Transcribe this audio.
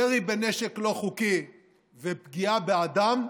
ירי בנשק לא חוקי ופגיעה באדם,